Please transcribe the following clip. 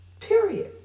Period